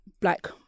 black